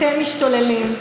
אתם משתוללים,